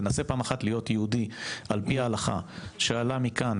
תנסה פעם אחת להיות יהודי על-פי ההלכה שעלה מכאן,